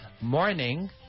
morning